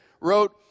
wrote